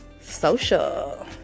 Social